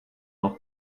noch